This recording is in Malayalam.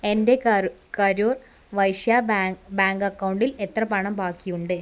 എൻ്റെ കരൂർ വൈശ്യാ ബാങ്ക് അക്കൗണ്ടിൽ എത്ര പണം ബാക്കിയുണ്ട്